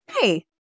Hey